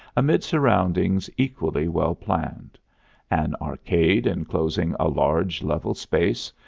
amid surroundings equally well planned an arcade inclosing a large level space,